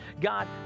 God